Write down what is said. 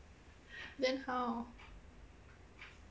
then how